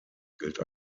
gilt